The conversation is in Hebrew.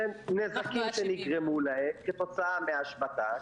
אלו נזקים שנגרמו להם כתוצאה מההשבתה,